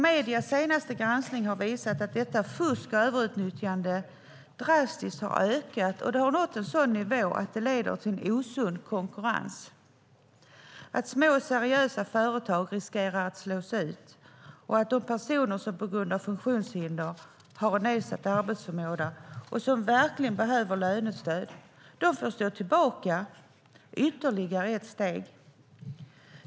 Mediernas senaste granskning har visat att detta fusk och överutnyttjande har ökat drastiskt, och det har nått en sådan nivå att det leder till en osund konkurrens. Små seriösa företag riskerar att slås ut, och personer som på grund av funktionshinder har en nedsatt arbetsförmåga och som verkligen behöver lönestöd får ta ytterligare ett steg tillbaka.